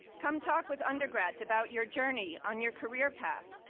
come talk with undergrads about your journey on your career path.